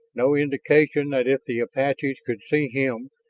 no indication that if the apaches could see him,